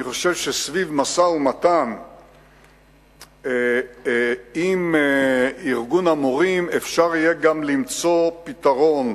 אני חושב שסביב משא-ומתן עם ארגון המורים אפשר יהיה למצוא פתרון,